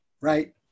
right